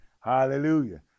hallelujah